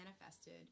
manifested